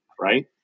Right